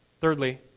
Thirdly